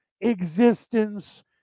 existence